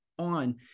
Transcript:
on